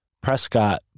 Prescott